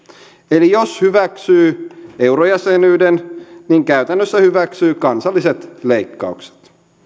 eli jos hyväksyy eurojäsenyyden niin käytännössä hyväksyy kansalliset leikkaukset